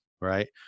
right